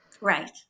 Right